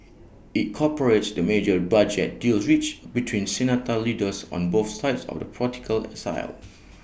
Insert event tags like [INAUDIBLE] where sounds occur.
IT cooperates the major budget deal reached between Senate leaders on both sides of the political aisle [NOISE]